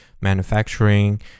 manufacturing